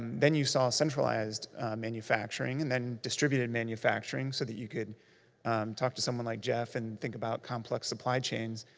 then you saw centralized manufacturing, and then distributed manufacturing, so that you could talk to someone like jeff and think about complex supply chains.